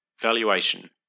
Valuation